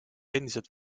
endiselt